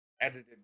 edited